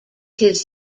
his